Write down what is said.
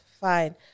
fine